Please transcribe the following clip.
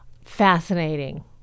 Fascinating